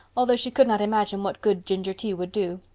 although she could not imagine what good ginger tea would do.